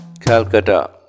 Calcutta